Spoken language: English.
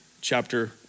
chapter